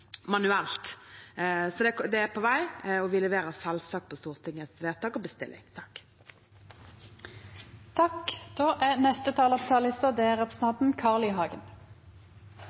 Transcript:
manuelt. Det er på vei, og vi leverer selvsagt på Stortingets vedtak og bestilling. Dei talarane som heretter får ordet, har òg ei taletid på